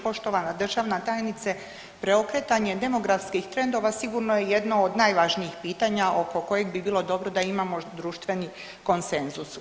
Poštovana državna tajnice, preokretanje demografskih trendova sigurno je jedno od najvažnijih pitanja oko kojeg bi bilo dobro da imamo društveni konsenzus.